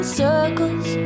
circles